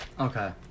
Okay